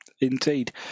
Indeed